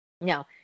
no